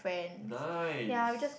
nice